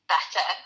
better